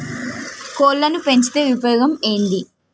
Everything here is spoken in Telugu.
కోళ్లని పెంచితే ఉపయోగం ఏంది?